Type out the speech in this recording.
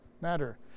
matter